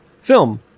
film